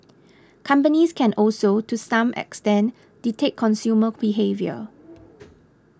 companies can also to some extent dictate consumer behaviour